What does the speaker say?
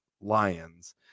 Lions